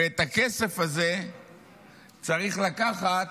ואת הכסף הזה צריך לקחת